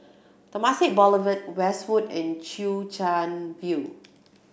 Temasek Boulevard Westwood and Chwee Chian View